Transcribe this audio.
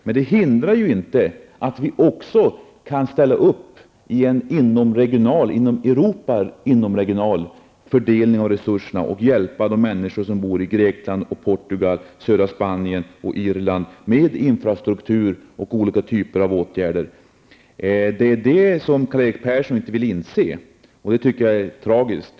Men för den skull kan vi ställa upp på en inom Europa inomregional fördelning av resurserna för att hjälpa människor som bor i Grekland, Portugal, södra Spanien och Irland när det gäller infrastrukturen och olika typer av åtgärder på andra områden. Men detta vill Karl-Erik Persson inte inse. Jag tycker att det är tragiskt.